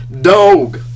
dog